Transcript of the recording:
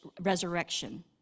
resurrection